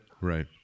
Right